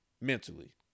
mentally